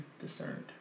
discerned